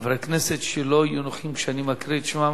חברי כנסת שלא יהיו נוכחים כשאני מקריא את שמם,